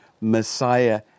Messiah